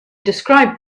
described